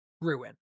Ruin